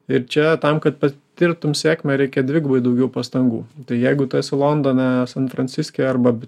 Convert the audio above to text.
ir čia tam kad patirtum sėkmę reikia dvigubai daugiau pastangų tai jeigu tu esi londone san franciske arba